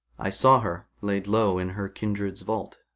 i saw her laid low in her kindred's vault,